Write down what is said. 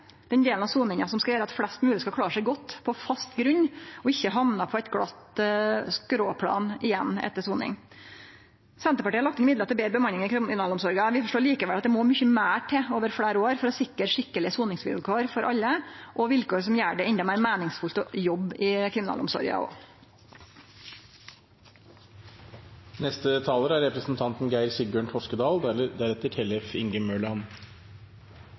den delen av soninga som skal gjere at flest mogleg skal klare seg godt, på fast grunn, og ikkje hamne på eit glatt skråplan igjen etter soning. Senterpartiet har lagt inn midlar til betre bemanning i kriminalomsorga. Vi forstår likevel at det må mykje meir til over fleire år for å sikre skikkelege soningsvilkår for alle og vilkår som gjer det endå meir meiningsfylt å jobbe i kriminalomsorga.